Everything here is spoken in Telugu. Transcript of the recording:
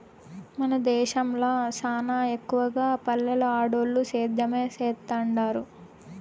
మన దేశంల సానా ఎక్కవగా పల్లెల్ల ఆడోల్లు సేద్యమే సేత్తండారు